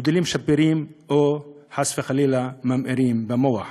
גידולים שפירים או חס וחלילה, ממאירים במוח.